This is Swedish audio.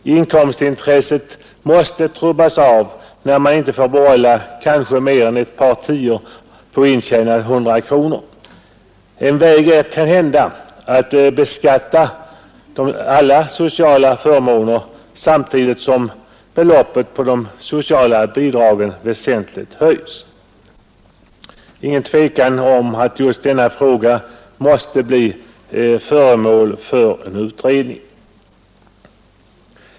Inkomstintresset måste trubbas av när man inte får behålla mer än kanske ett par tior på intjänade hundra kronor. En väg är kan hända att beskatta alla sociala förmåner samtidigt som beloppet på de sociala bidragen väsentligt höjs. Det är ingen tvekan om att just denna fråga måste bli föremål för utredning.